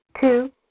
Two